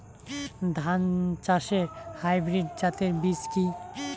ধান চাষের হাইব্রিড জাতের বীজ কি?